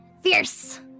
Fierce